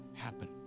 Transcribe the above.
happen